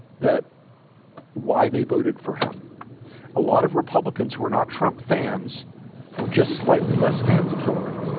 that why they voted for him a lot of republicans who are not trump fans were just slightly less fans of hillary